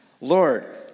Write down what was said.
Lord